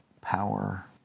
power